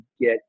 get